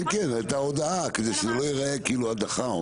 כן, היתה הודעה כדי שזה לא ייראה כהדחה.